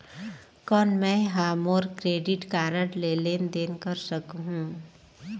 कौन मैं ह मोर क्रेडिट कारड ले लेनदेन कर सकहुं?